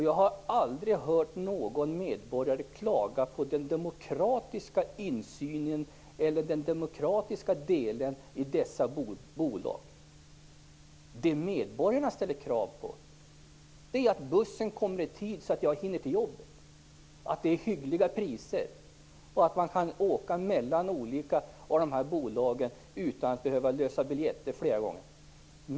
Jag har aldrig hört någon medborgare klaga på den demokratiska insynen eller den demokratiska delen i dessa bolag. Medborgarna kräver att bussen kommer i tid så att de hinner till jobbet, att priserna är hyggliga och att man kan åka med olika bolag utan att behöva lösa biljetter flera gånger.